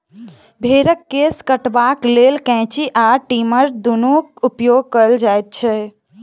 भेंड़क केश कटबाक लेल कैंची आ ट्रीमर दुनूक उपयोग कयल जाइत छै